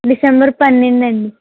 December పన్నెండు అండి